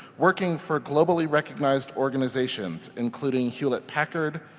working for globally recognized organizations including hewlett packard,